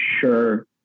sure